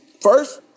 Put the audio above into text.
first